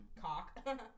cock